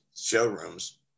showrooms